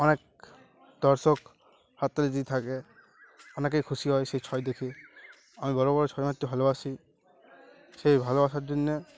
অনেক দর্শক হাততালি দিতে থাকে অনেকেই খুশি হয় সেই ছয় দেখি আমি বড়ো বড়ো ছয় মারতে ভালোবাসি সেই ভালোবাসার জন্যে